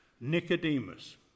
Nicodemus